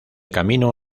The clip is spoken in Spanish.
camino